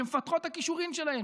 שמפתחות את הכישורים שלהן,